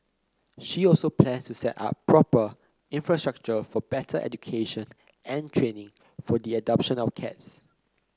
she also plans to set up proper infrastructure for better education and training for the adoption of cats